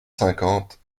cinquante